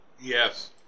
Yes